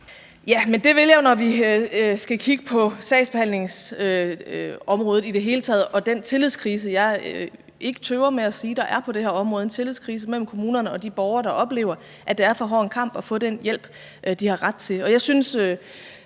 Det vil jeg, når vi skal kigge på sagsbehandlingsområde i det hele taget og den tillidskrise, jeg ikke tøver med at sige, at der er på det her område; en tillidskrise mellem kommunerne og de borgere, der oplever, at det er for hård en kamp at få den hjælp, de har ret til.